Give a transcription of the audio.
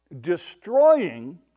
destroying